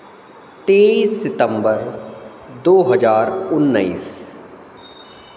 तेईस सितंबर दो हज़ार उन्नीस